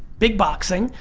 big boxing,